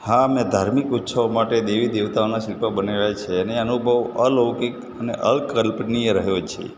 હા મેં ધાર્મિક ઉત્સવો માટે દેવી દેવતાઓના શિલ્પો બનાવ્યાં છે ને એ અનુભવ અલૌકિક અને અકલ્પનિય રહ્યો છે